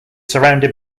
surrounded